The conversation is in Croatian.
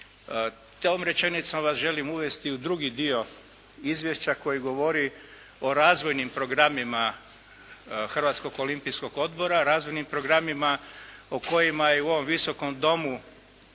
Tom rečenicom vas želim uvesti u drugi dio izvješća koji govori o razvojnim programima Hrvatskog olimpijskog odbora, razvojnim programima o kojima je u ovom Visokom domu